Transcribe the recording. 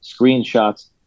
screenshots